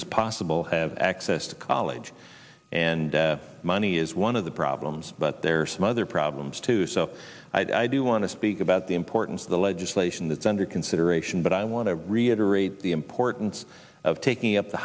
as possible have access to college and money is one of the problems but there are some other problems too so i do want to speak about the importance of the legislation that's under consideration but i want to reiterate the importance of taking up the